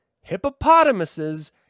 hippopotamuses